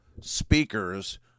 speakers